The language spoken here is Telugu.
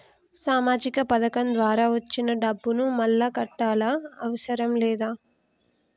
సామాజిక పథకం ద్వారా వచ్చిన డబ్బును మళ్ళా కట్టాలా అవసరం లేదా?